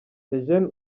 eugene